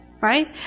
right